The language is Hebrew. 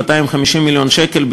250 מיליון שקל,